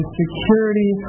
security